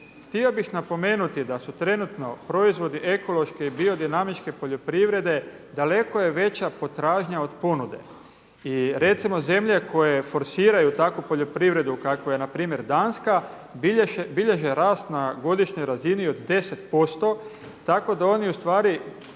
Htio bih napomenuti da su trenutno proizvodi ekološke i biodinamičke poljoprivrede daleko je veća potražnja od ponude. I recimo zemlje koje forsiraju takvu poljoprivredu kakva je npr. Danska bilježe rast na godišnjoj razini od 10% tako da oni ustvari